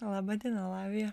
laba diena lavija